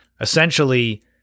Essentially